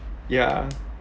ya